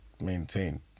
maintain